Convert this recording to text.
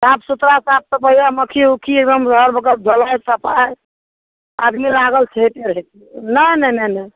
साफ सुथड़ा साफ सफैया मक्खी ओक्खी एकदम सफाइ आदमी लागल छै नहि नहि नहि नहि